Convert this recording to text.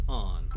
on